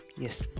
Yes